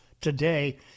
today